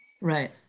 Right